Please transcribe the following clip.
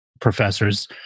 professors